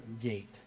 gate